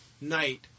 night